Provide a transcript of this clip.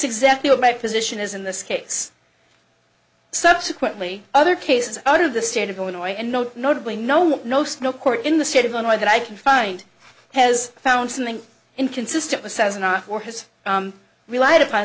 exactly what my position is in this case subsequently other cases out of the state of illinois and no notably no no snow court in the state of illinois that i can find has found something inconsistent with sounds an awful or has relied upon